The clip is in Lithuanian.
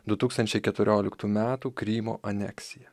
du tūkstančiai keturioliktų metų krymo aneksija